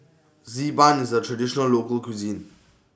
Z Ban IS A Traditional Local Cuisine